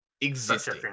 existing